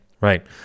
right